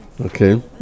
Okay